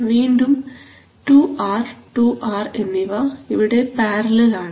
വീണ്ടും two R two R എന്നിവ ഇവിടെ പാരലൽ ആണ്